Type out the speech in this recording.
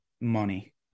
money